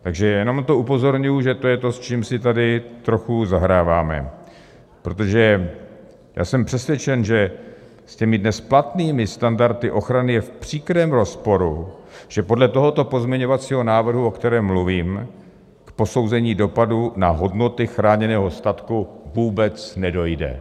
Takže jenom na to upozorňuji, že to je to, s čím si tady trochu zahráváme, protože jsem přesvědčen, že s těmi dnes platnými standardy ochrany je v příkrém rozporu, že podle tohoto pozměňovacího návrhu, o kterém mluvíme, k posouzení dopadu na hodnoty chráněného statku vůbec nedojde.